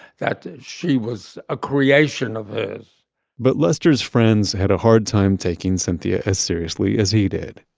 that she was a creation of his but lester's friends had a hard time taking cynthia as seriously as he did.